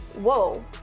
Whoa